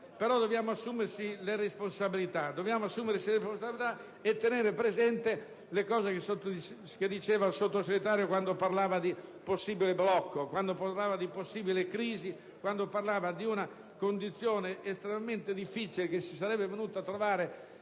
Dobbiamo assumerci le nostre responsabilità e tenere presente quanto diceva il Sottosegretario quando parlava di possibile blocco, di possibile crisi, di una condizione estremamente difficile in cui si sarebbe venuto a trovare